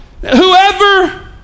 whoever